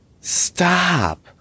Stop